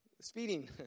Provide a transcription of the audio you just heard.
Speeding